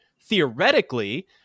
theoretically